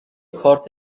کارت